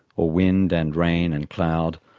or wind and rain and cloud.